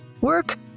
work